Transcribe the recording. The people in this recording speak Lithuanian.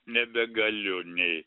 nebegaliu nei